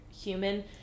human